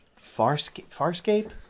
Farscape